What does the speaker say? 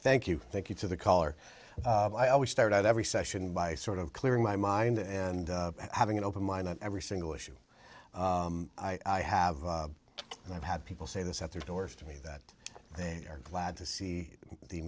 thank you thank you to the caller i always start out every session by sort of clearing my mind and having an open mind on every single issue i have and i've had people say this at their doors to me that they are glad to see the